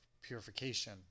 purification